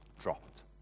dropped